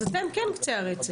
אז אתם כן קצה הרצף.